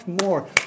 more